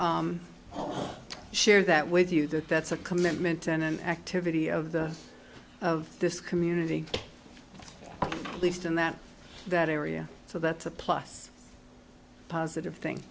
to share that with you that that's a commitment and an activity of the of this community at least in that that area so that's a plus positive thing